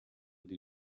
die